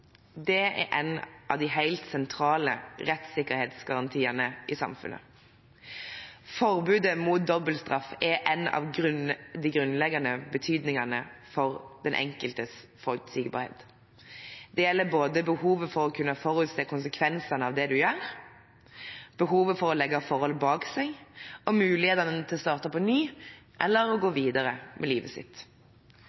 dobbeltstraff er en av de grunnleggende betydningene for den enkeltes forutsigbarhet. Det gjelder både behovet for å kunne forutse konsekvensene av det du gjør, behovet for å legge forhold bak seg og mulighetene til å starte på nytt eller å gå videre med livet sitt.